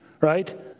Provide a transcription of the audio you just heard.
right